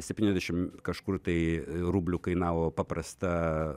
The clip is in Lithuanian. septyniasdešimt kažkur tai rublių kainavo paprasta